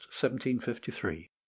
1753